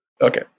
Okay